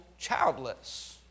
childless